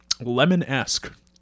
lemon-esque